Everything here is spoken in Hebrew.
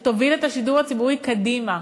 ותוביל את השידור הציבורי קדימה,